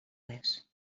res